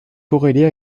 corrélée